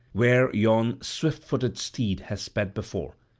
where yon swift-footed steed has sped before.